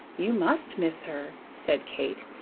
you must miss her, said kate,